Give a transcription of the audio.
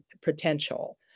potential